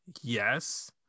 Yes